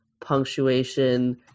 punctuation